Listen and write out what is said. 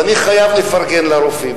ואני חייב לפרגן לרופאים.